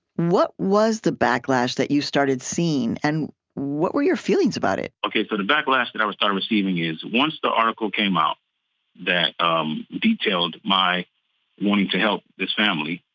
what was the backlash that you started seeing, and what were your feelings about it? ok, so the backlash that i started receiving is once the article came out that um detailed my wanting to help this family,